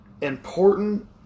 important